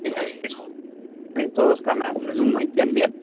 त्यत्ति भए यसो चौरस्तामा घुम्न जाउँ है बिहान बिहान